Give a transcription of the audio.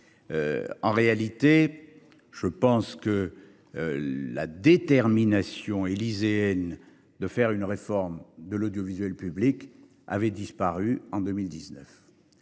En réalité, je pense que la détermination élyséenne à faire une réforme de l'audiovisuel public avait disparu en 2019.